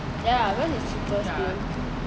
ya because is cheapest deal